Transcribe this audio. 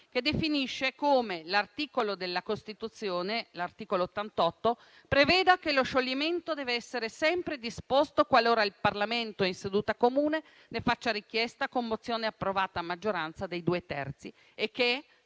che definisce come l'articolo 88 della Costituzione preveda che lo scioglimento deve essere sempre disposto qualora il Parlamento in seduta comune ne faccia richiesta, con mozione approvata a maggioranza dei due terzi.